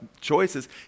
choices